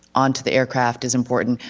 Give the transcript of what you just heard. onto the aircraft is important,